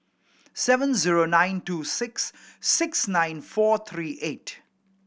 seven zero nine two six six nine four three eight